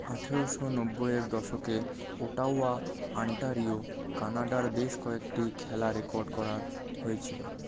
আঠেরোশো নব্বই এর দশকে ওটাওয়া আন্টারিও কানাডার বেশ কয়েকটি খেলা রেকর্ড করা হয়েছিল